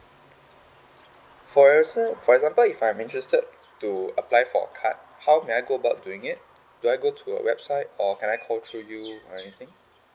for yourself for example if I'm interested to apply for a card how can I go about doing it do I go to a website or can I call through you or anything